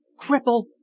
CRIPPLE